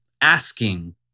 asking